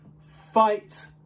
Fight